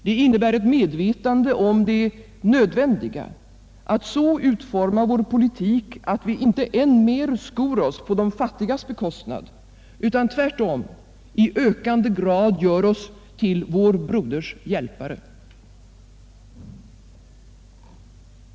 Det innebär ett medvetande om det nödvändiga i att så utforma vår politik att vi inte än mer skor oss på de fattigas bekostnad utan tvärtom i ökande grad gör oss till våra bröders hjälpare.